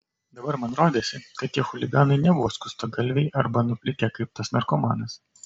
dabar man rodėsi kad tie chuliganai nebuvo skustagalviai arba nuplikę kaip tas narkomanas